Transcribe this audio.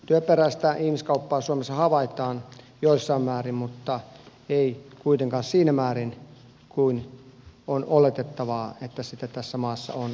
työperäistä ihmiskauppaa suomessa havaitaan jossain määrin mutta ei kuitenkaan siinä määrin kuin on oletettavaa että sitä tässä maassa on ei lähellekään